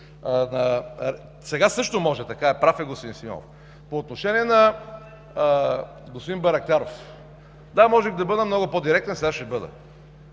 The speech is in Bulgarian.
Сега също може, така е, прав е господин Симеонов. По отношение на господин Байрактаров. Да, можех да бъда много по-директен. Сега ще бъда.